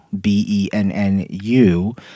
B-E-N-N-U